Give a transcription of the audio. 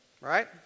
Right